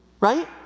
right